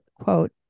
quote